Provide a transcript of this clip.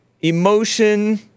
emotion